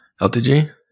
LTG